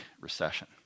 recession